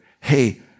Hey